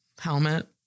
helmet